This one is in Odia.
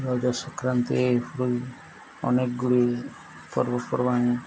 ରଜ ସଂକ୍ରାନ୍ତି ଅନେକ ଗୁଡ଼ିଏ ପର୍ବପର୍ବାଣି